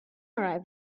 arrive